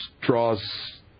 draws